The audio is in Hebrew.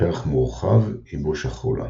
ערך מורחב – ייבוש החולה